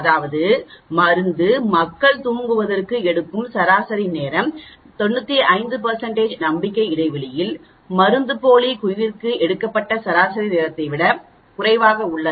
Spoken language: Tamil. அதாவது மருந்து மக்கள் தூங்குவதற்கு எடுக்கும் சராசரி நேரம் 95 நம்பிக்கை இடைவெளியில் மருந்துப்போலி குழுவிற்கு எடுக்கப்பட்ட சராசரி நேரத்தை விட குறைவாக உள்ளதா